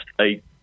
eight